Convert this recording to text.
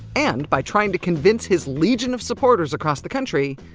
and by trying to convince his legion of supporters across the country.